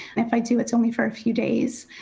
if i do, it's only for a few days.